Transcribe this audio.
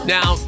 Now